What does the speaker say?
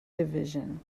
division